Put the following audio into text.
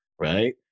right